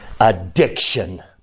Addiction